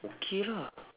okay lah